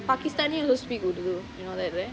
pakistani also speak urdu you know that right